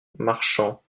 marchands